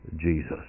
Jesus